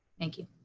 thank you.